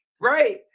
right